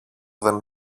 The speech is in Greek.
δεν